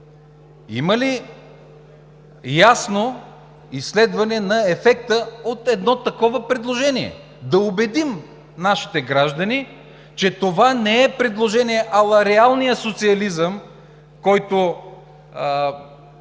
Има ли ясно изследване на ефекта от едно такова предложение – да убедим нашите граждани, че това не е предложение ала реалния социализъм, който